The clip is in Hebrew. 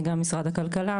גם משרד הכלכלה,